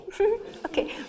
okay